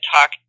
talk